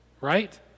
right